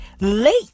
late